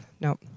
no